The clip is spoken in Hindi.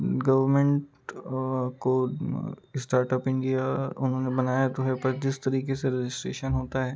गवर्नमेंट को स्टार्टअप इंडिया उन्होंने बनाया तो है लेकिन जिस तरह से रजिस्ट्रेशन होता है